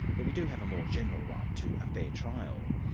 but we do have a more general right to a fair trial.